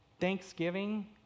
Thanksgiving